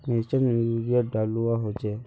मिर्चान यूरिया डलुआ होचे?